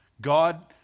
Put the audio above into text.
God